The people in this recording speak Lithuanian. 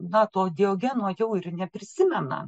na to diogeno jau ir neprisimena